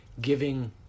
giving